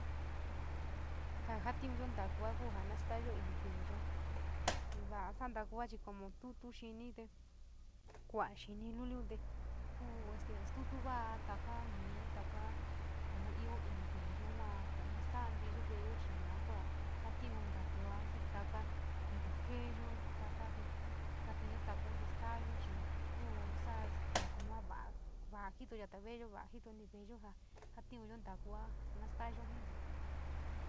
Ja satinuyo ntaku kuu ja nestayo ini veleyo, va sera ntakuo tuto kint te kuu ini liulu kuu te situu liao takimi tadi noo to ini veleyo te naata ntiku veiyo eli yua kua jatiiin takuni xii take yoto keeiyo ya´a te kaiiyo ntaku staayo chi kuu saa ntaku yua va, vola jiito yato veleyo, kuu jiito ini veeyo, jo jatiunyo ntakaa snataayo jii.